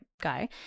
guy